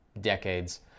decades